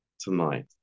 tonight